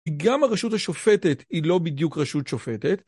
כי גם הרשות השופטת היא לא בדיוק רשות שופטת...